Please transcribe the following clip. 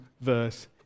verse